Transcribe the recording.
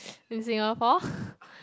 in Singapore